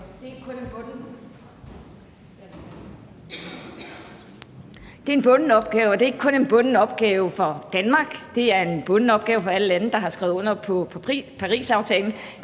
det er ikke kun en bunden opgave for Danmark. Det er en bunden opgave for alle lande, der har skrevet under på Parisaftalen,